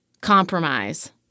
compromise